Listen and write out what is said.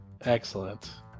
Excellent